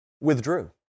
withdrew